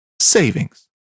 savings